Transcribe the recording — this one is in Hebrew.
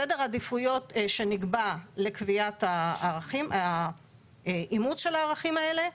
סדר עדיפויות שנקבע לקביעת אימוץ הערכים האלה: